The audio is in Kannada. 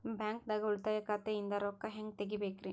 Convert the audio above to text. ಬ್ಯಾಂಕ್ದಾಗ ಉಳಿತಾಯ ಖಾತೆ ಇಂದ್ ರೊಕ್ಕ ಹೆಂಗ್ ತಗಿಬೇಕ್ರಿ?